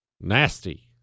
nasty